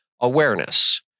awareness